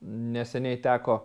neseniai teko